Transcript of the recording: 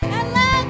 Hello